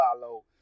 follow